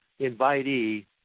invitee